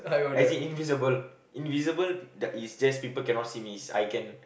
as in invisible invisible th~ is just people cannot see me I can